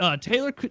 Taylor